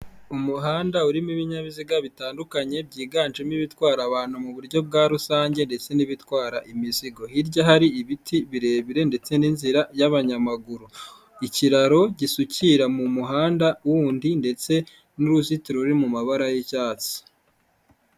Umuhanda urimo ibinyabiziga bitandukanye byiganjemo ibitwara abantu mu buryo bwa rusange ndetse n'ibitwara imizigo, hirya hari ibiti birebire ndetse n'inzira y'abanyamaguru. Ikiraro gisukira mu muhanda wundi ndetse n'uruzitiro ruri mu mabara y'icyatsi.